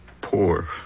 poor